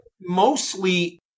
mostly